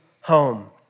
home